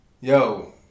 Yo